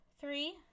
three